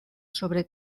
sobre